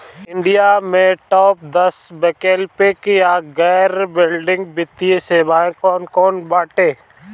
India में top दस वैकल्पिक या गैर बैंकिंग वित्तीय सेवाएं कौन कोन बाटे?